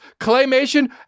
claymation